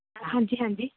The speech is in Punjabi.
ਹਾਂਜੀ ਹਾਂਜੀ